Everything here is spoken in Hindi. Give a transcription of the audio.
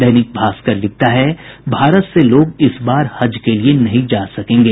दैनिक भास्कर लिखता है भारत से लोग इस बार हज के लिए नहीं जा सकेंगे